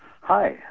Hi